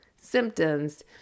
symptoms